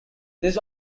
these